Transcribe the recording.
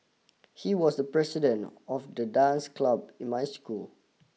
he was the president of the dance club in my school